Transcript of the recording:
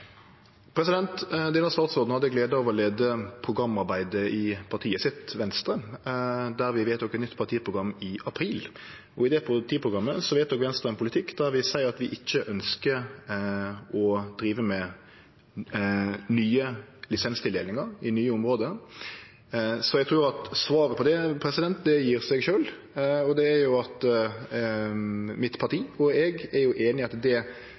Denne statsråden hadde gleda av å leie programarbeidet i partiet sitt, Venstre, der vi vedtok eit nytt partiprogram i april. I det partiprogrammet vedtok Venstre ein politikk der vi seier at vi ikkje ønskjer å drive med nye lisenstildelingar i nye område. Så eg trur at svaret på det gjev seg sjølv – at partiet mitt og eg er einige i at